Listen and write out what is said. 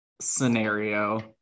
scenario